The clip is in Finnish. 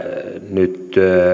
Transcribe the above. nyt